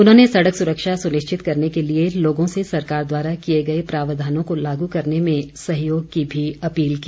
उन्होंने सड़क सुरक्षा सुनिश्चित करने के लिए लोगों से सरकार द्वारा किए गए प्रावधानों को लागू करने में सहयोग की भी अपील की